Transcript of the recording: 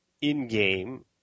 in-game